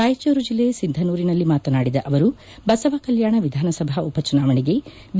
ರಾಯಚೂರು ಜಿಲ್ಲೆ ಸಿಂಧನೂರಿನಲ್ಲಿ ಮಾತನಾಡಿದ ಅವರು ಬಸವಕಲ್ಯಾಣ ವಿಧಾನಸಭಾ ಉಪಚುನಾವಣೆಗೆ ಬಿ